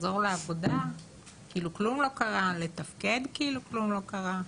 לחזור לעבודה ולחזור לתפקוד כאילו שכלום לא קרה.